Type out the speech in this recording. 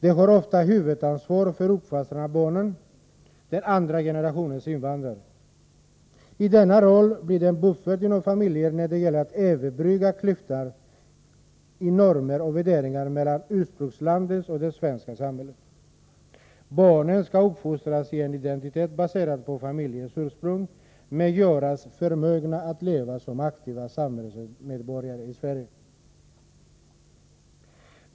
De har ofta huvudansvaret för uppfostran av barnen — den andra generationen invandrare. I denna roll blir kvinnorna en buffert inom familjen när det gäller att överbrygga klyftan i normer och värderingar mellan ursprungslandet och det svenska samhället. Barnen skall uppfostras i en identitet baserad på familjens ursprung, men göras förmögna att leva som aktiva samhällsmedborgare i Sverige.